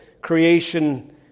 creation